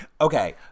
Okay